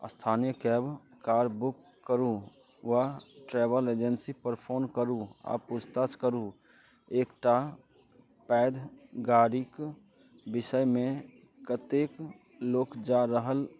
स्थानीय cab car book करू वा ट्रैवल एजेंसीपर फोन करू आओर पूछ ताछ करू एकटा पैघ गाड़ीके विषयमे कतेक लोक जा रहल